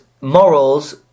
morals